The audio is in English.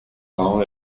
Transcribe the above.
town